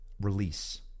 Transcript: Release